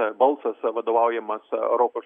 balsas vadovaujamas europos